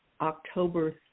october